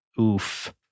Oof